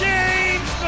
James